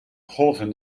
golven